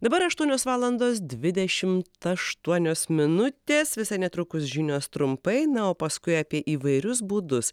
dabar aštuonios valandos dvidešimt aštuonios minutės visai netrukus žinios trumpai na o paskui apie įvairius būdus